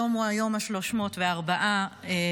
היום הוא היום ה-304 למלחמה,